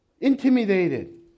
intimidated